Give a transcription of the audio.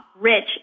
rich